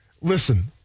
listen